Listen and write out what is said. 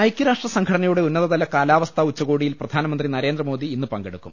ഐകൃരാഷ്ട്ര സംഘടനയുടെ ഉന്നതതല കാലാവസ്ഥാ ഉച്ച കോടിയിൽ പ്രധാനമന്ത്രി നരേന്ദ്രമോദി ഇന്ന് പങ്കെടുക്കും